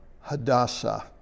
Hadassah